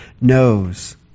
knows